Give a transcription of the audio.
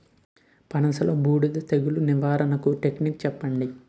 పనస లో బూడిద తెగులు నివారణకు టెక్నిక్స్ చెప్పండి?